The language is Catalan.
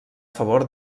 favor